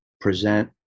present